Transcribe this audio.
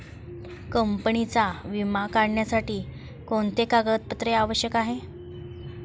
कंपनीचा विमा काढण्यासाठी कोणते कागदपत्रे आवश्यक आहे?